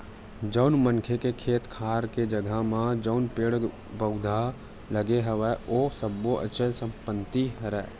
जउन मनखे के खेत खार के जघा म जउन पेड़ पउधा लगे हवय ओ सब्बो अचल संपत्ति हरय